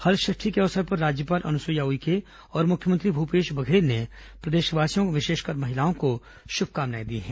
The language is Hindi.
हलषप्ठी के अवसर पर राज्यपाल अनुसुईया उइके और मुख्यमंत्री भूपेश बघेल ने प्रदेशवासियों विशेषकर महिलाओं को शुभकामनाएं दी हैं